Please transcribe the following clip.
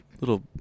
little